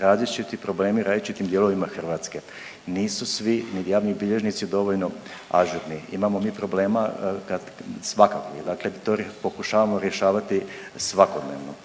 različiti problemi u različitim dijelovima Hrvatske, nisu svi ni javni bilježnici dovoljno ažurni. Imamo mi problema kad, svakakvih, dakle to pokušavamo rješavati svakodnevno.